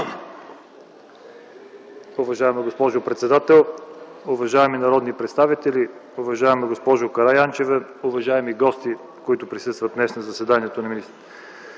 Уважаема госпожо председател, уважаеми народни представители, уважаема госпожо Караянчева, уважаеми гости, които присъствате днес на заседанието на Народното